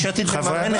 יש עתיד מממנת?